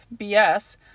BS